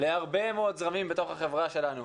להרבה מאוד זרמים בתוך החברה שלנו,